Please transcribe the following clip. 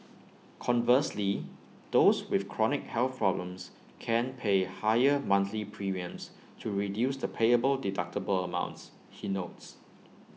conversely those with chronic health problems can pay higher monthly premiums to reduce the payable deductible amounts he notes